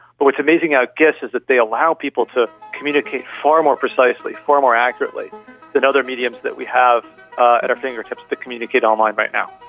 but what's amazing about gifs is that they allow people to communicate far more precisely, far more accurately than other mediums that we have at our fingertips to communicate online right now.